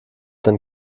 denn